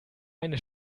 eine